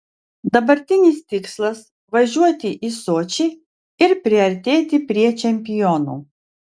dabartinis tikslas važiuoti į sočį ir priartėti prie čempionų